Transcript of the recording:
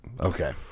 Okay